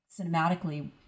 cinematically